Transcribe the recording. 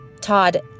Todd